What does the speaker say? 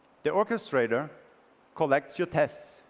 the orchestrater collects your tests